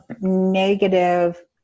negative